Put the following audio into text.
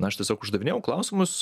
na aš tiesiog uždavinėjau klausimus